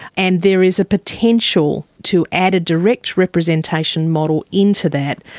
and there is a potential to add a direct representation model into that,